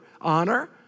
honor